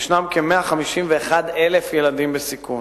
ישנם כ-151,000 ילדים בסיכון.